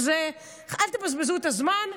אל תבזבזו את הזמן.